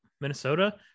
Minnesota